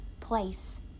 place